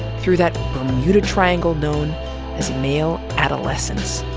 through that bermuda triangle known as male adolescence.